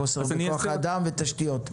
החוסר בכוח אדם ותשתיות,